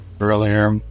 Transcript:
earlier